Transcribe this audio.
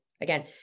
Again